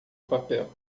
papel